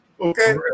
Okay